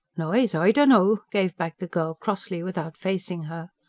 noise? i dunno, gave back the girl crossly without facing her.